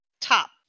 top